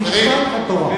משפט התורה.